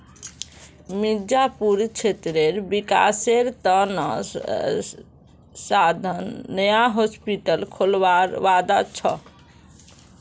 मिर्जापुर क्षेत्रेर विकासेर त न सांसद नया हॉस्पिटल खोलवार वादा छ